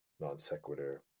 non-sequitur